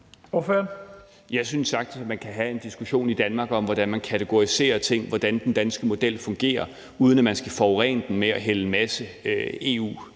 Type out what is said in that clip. Jeg synes sagtens, man kan have en diskussion i Danmark om, hvordan man kategoriserer ting, og hvordan den danske model fungerer, uden at man skal forurene den ved at hælde en masse EU ned